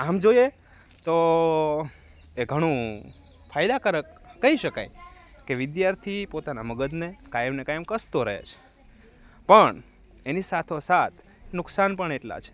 આમ જોઈએ તો કે ઘણું ફાયદાકારક કહી શકાય કે વિદ્યાર્થી પોતાના મગજને કાયમને કાયમ કસતો રહે છે પણ એની સાથો સાથ નુકસાન પણ એટલા છે